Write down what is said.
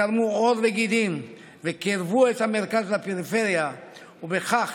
שקרמו עור וגידים וקירבו את המרכז לפריפריה ובכך